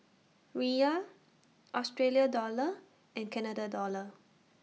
Riyal Australia Dollar and Canada Dollar